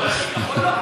הוא חברת טבע.